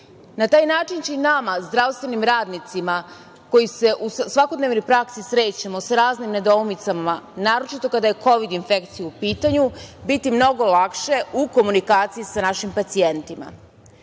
Na taj način će i nama zdravstvenim radnicima koji se u svakodnevnoj praksi srećemo sa raznim nedoumicama, naročito kada je kovid infekcija u pitanju, biti mnogo lakše u komunikaciji sa našim pacijentima. Ovim